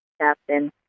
captain